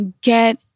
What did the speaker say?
get